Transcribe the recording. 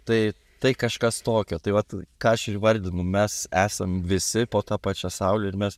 tai tai kažkas tokio tai vat ką aš ir įvardinu mes esam visi po ta pačia saule ir mes